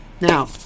Now